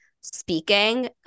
speaking